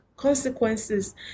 consequences